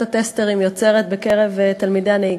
הטסטרים יוצרת בקרב תלמידי הנהיגה.